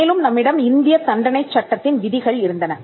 மேலும் நம்மிடம் இந்தியத் தண்டனைச் சட்டத்தின் விதிகள் இருந்தன